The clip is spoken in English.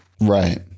Right